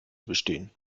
bestehen